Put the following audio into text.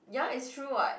ya it's true [what]